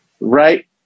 Right